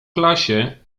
klasie